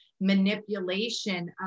manipulation